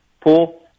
pool